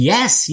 Yes